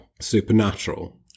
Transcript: Supernatural